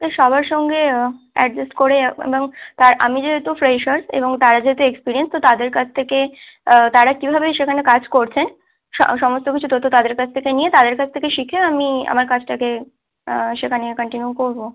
ওকে সবার সঙ্গে অ্যাডজাস্ট করে এবং আর আমি যেহেতু ফ্রেশার এবং তারা যেহেতু এক্সপিরিয়েন্স তো তাদের কাছ থেকে তারা কীভাবে সেখানে কাজ করছেন সমস্ত কিছু তথ্য তাদের কাছ থেকে নিয়ে তাদের কাছ থেকে শিখে আমি আমার কাজটাকে সেখানে কান্টিনিউ করবো